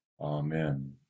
Amen